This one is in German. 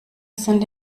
sind